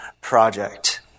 project